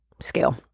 scale